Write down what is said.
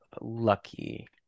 lucky